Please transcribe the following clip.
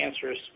cancerous